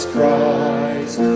Christ